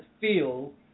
feel